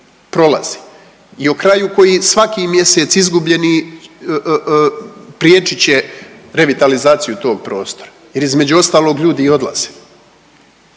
prolaze i o kraju koji je svaki mjesec izgubljen i priječit će revitalizaciju tog prostora jer između ostalog ljudi i odlaze.